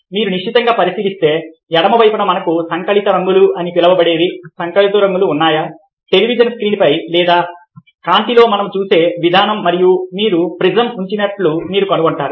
మీరు నిశితంగా పరిశీలిస్తే ఎడమ వైపున మనకు సంకలిత రంగులు అని పిలవబడేవి సంకలిత రంగులు ఉన్నాయా టెలివిజన్ స్క్రీన్పై లేదా కాంతిలో మనం చూసే విధానం మరియు మీరు ప్రిజం ఉంచినట్లు మీరు కనుగొంటారు